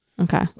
Okay